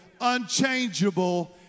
unchangeable